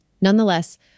Nonetheless